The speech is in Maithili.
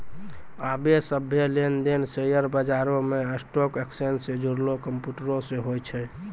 आबे सभ्भे लेन देन शेयर बजारो मे स्टॉक एक्सचेंज से जुड़लो कंप्यूटरो से होय छै